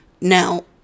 Now